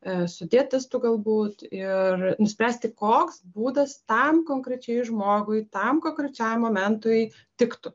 su dietistu galbūt ir nuspręsti koks būdas tam konkrečiai žmogui tam konkrečiam momentui tiktų